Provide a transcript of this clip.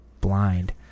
blind